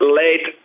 late